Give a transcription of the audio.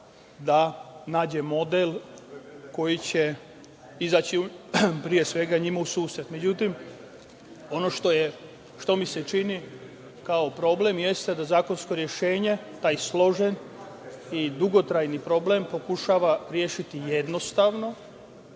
da nađe model koji će izaći, pre svega, njima u susret.Međutim, ono što mi se čini kao problem, jeste da zakonsko rešenje, taj složen i dugotrajni problem, pokušava rešiti jednostavno,